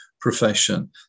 profession